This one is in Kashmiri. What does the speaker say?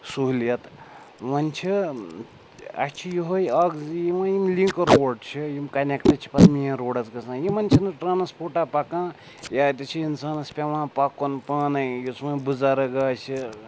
سہوٗلیت وۄنۍ چھِ اسہِ چھِ یِہوے اَکھ زِ یِم وۄنۍ یِم لِنک روٗڈ چھِ یِم کَنیٚکٹہٕ چھِ پَتہٕ مین روٗڈَس گَژھان یِمَن چھِنہٕ ٹرٛانَسپورٹہ پَکان یا تہِ چھِ اِنسانَس پیٚوان پَکُن پانَے یُس وۄنۍ بُزَرٕگ آسہِ